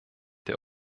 der